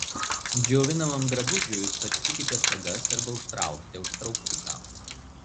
džiovinamam drabužiui užsagstykite sagas arba užtraukite užtrauktuką